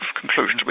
conclusions